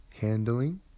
handling